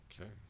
okay